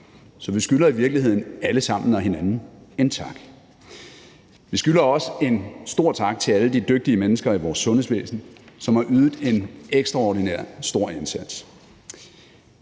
så vi skylder i virkeligheden alle sammen og hinanden en tak. Vi skylder også en stor tak til alle de dygtige mennesker i vores sundhedsvæsen, som har ydet en ekstraordinær stor indsats.